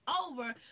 over